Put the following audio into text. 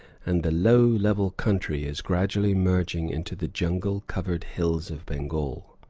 and the low, level country is gradually merging into the jungle-covered hills of bengal.